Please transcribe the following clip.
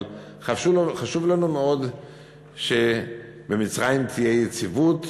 אבל חשוב לנו מאוד שבמצרים תהיה יציבות,